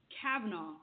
Kavanaugh